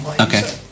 Okay